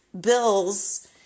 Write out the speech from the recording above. bills